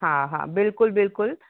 हा बिल्कुलु बिल्कुलु